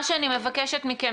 מה שאני מבקשת מכם,